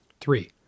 Three